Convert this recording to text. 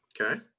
Okay